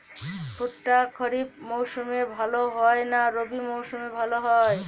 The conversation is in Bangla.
ভুট্টা খরিফ মৌসুমে ভাল হয় না রবি মৌসুমে ভাল হয়?